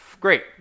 great